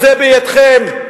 זה בידכם.